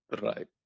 Right